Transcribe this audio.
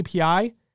API